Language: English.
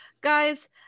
Guys